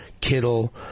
Kittle